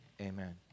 Amen